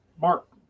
Mark